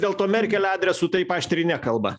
dėl to merkel adresu taip aštriai nekalba